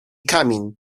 kamień